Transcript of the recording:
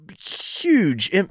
huge